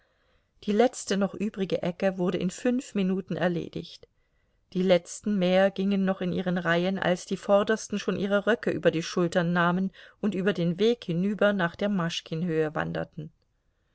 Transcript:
die letzte noch übrige ecke wurde in fünf minuten erledigt die letzten mäher gingen noch in ihren reihen als die vordersten schon ihre röcke über die schultern nahmen und über den weg hinüber nach der maschkin höhe wanderten